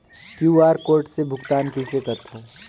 QR code से भुगतान कइसे करथव?